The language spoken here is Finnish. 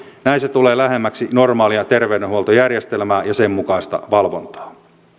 näin se tulee lähemmäksi normaalia terveydenhuoltojärjestelmää ja sen mukaista valvontaa